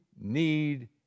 need